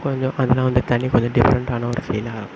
கொஞ்சம் அதெல்லாம் வந்து தனி கொஞ்சம் டிஃப்ரெண்ட்டான ஒரு ஃபீலாக இருக்கும்